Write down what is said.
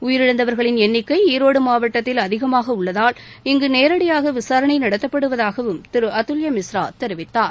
உயிரிழந்தவர்களின் எண்ணிக்கை ஈரோடு மாவட்டத்தில் அதிகமாக உள்ளதால் இங்கு நேரடியாக விசாரணை நடத்தப்படுவதாகவும் திரு அதுல்ய மிஸ்ரா தெரிவித்தார்